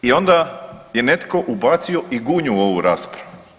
I onda je netko ubacio i Gunju u ovu raspravu.